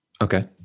Okay